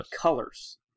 colors